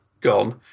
gone